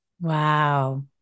Wow